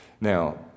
Now